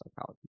psychology